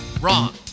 Wrong